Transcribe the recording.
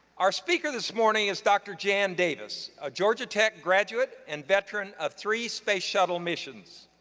our speaker this morning is dr. jan davis, a georgia tech graduate and veteran of three space shuttle missions.